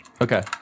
Okay